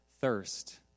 thirst